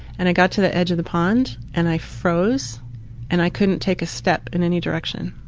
and i got to the edge of the pond and i froze and i couldn't take a step in any direction.